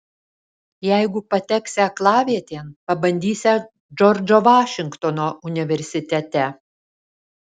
jeigu pateksią aklavietėn pabandysią džordžo vašingtono universitete